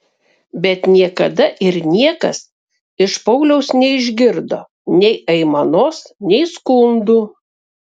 bet niekada ir niekas iš pauliaus neišgirdo nei aimanos nei skundų